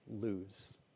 lose